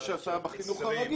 יש הסעה כזאת בחינוך הרגיל.